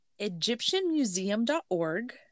egyptianmuseum.org